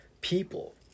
people